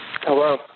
Hello